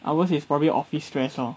ours is probably office stress lor